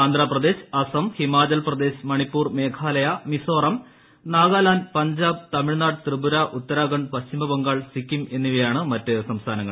ആന്ധ്രാപ്രദേശ് അസം ഹിമാചൽപ്രദേശ് മണിപ്പൂർ മേഘാലയ മിസോറം നാഗാലാൻഡ് പഞ്ചാബ് തമിഴ്നാട് ത്രിപുര ഉത്തരാഖണ്ഡ് പശ്ചിമബംഗാൾ സിക്കിം എന്നിവയാണ് മറ്റ് സംസ്ഥാനങ്ങൾ